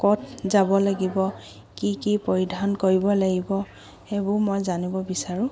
ক'ত যাব লাগিব কি কি পৰিধান কৰিব লাগিব সেইবোৰ মই জানিব বিচাৰোঁ